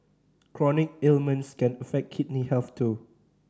chronic ailments can affect kidney health too